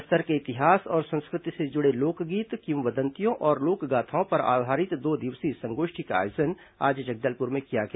बस्तर के इतिहास और संस्कृति से जुड़े लोकगीत किवदंतियों और लोक गाथाओं पर आधारित दो दिवसीय संगोष्ठी का आयोजन आज जगदलपुर में किया गया